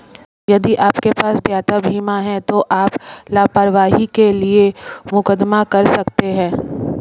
यदि आपके पास देयता बीमा है तो आप लापरवाही के लिए मुकदमा कर सकते हैं